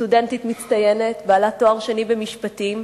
סטודנטית מצטיינת, בעלת תואר שני במשפטים,